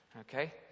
Okay